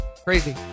Crazy